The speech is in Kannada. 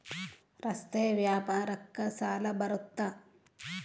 ರಸ್ತೆ ವ್ಯಾಪಾರಕ್ಕ ಸಾಲ ಬರುತ್ತಾ?